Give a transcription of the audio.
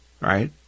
Right